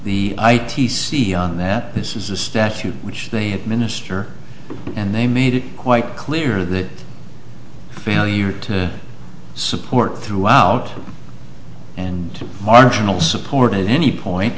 the i t c on that this is a statute which they had a minister and they made it quite clear that failure to support throughout and marginal supported any point